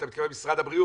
אתה מתכוון למשרד הבריאות?